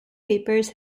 papers